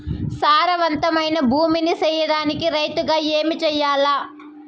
సారవంతమైన భూమి నీ సేయడానికి రైతుగా ఏమి చెయల్ల?